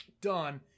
done